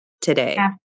today